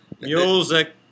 music